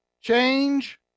Change